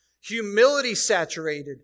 humility-saturated